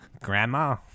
grandma